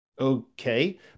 Okay